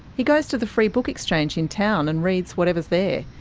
he goes to the free book exchange in town and reads whatever's there.